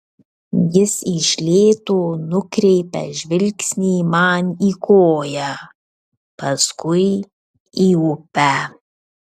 jis iš lėto nukreipia žvilgsnį man į koją paskui į upę